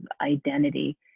identity